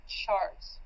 charts